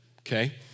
okay